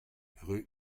rue